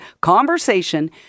conversation